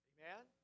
Amen